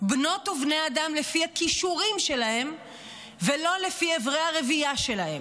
בנות ובני אדם לפי הכישורים שלהם ולא לפי איברי הרבייה שלהם.